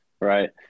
Right